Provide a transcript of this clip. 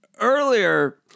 Earlier